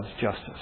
justice